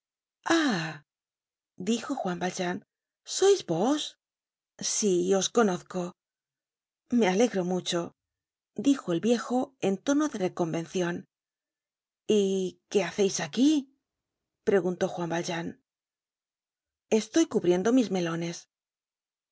dijo juan valjean sois vos sí os conozco me alegro mucho dijo el viejo en tono de reconvencion y qué haceis aquí preguntó valjean estoy cubriendo mis melones en